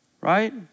Right